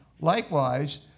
Likewise